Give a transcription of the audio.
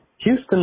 Houston